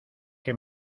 que